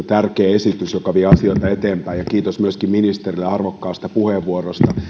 tärkeä esitys joka vie asioita eteenpäin kiitos myöskin ministerille arvokkaasta puheenvuorosta